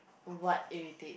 what irritates